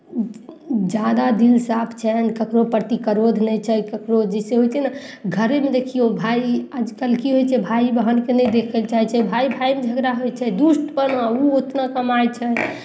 जादा दिल साफ छनि ककरो प्रति क्रोध नहि छनि ककरो जइसे होइ छै ने घरेमे देखियौ भाय आजकल की होइ छै भाइ बहीनके नहि देखय लए चाहै छै भाय भायमे झगड़ा होइ छै दुष्टपना ओ उतना कमाइ छै